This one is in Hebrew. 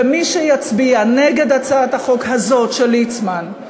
ומי שיצביע נגד הצעת החוק הזאת של ליצמן,